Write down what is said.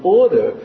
order